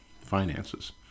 finances